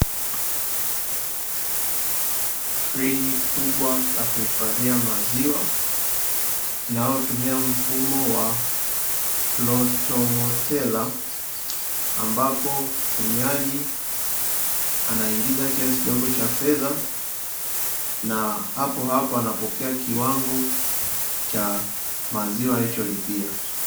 Friji kubwa la kuhifadhia maziwa linalotumia mfumo wa kiautomotela, ambapo mtumiaji anaingiza kiasi kidogo cha fedha na hapo hapo anapokea kiwango cha maziwa alicholipia.